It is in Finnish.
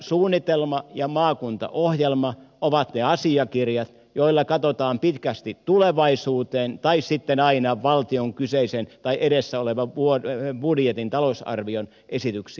maakuntasuunnitelma ja maakuntaohjelma ovat ne asiakirjat joilla katsotaan pitkästi tulevaisuuteen tai sitten aina valtion kyseisen tai edessä olevan vuoden budjetin talousarvion esityksiin